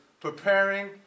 preparing